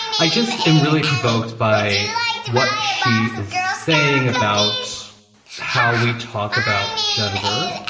i just am really provoked by what she is saying about how we talk about gender.